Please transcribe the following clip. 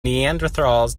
neanderthals